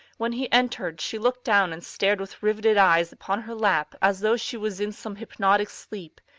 when he entered she looked down and stared with riveted eyes upon her lap as though she was in some hypnotic sleep,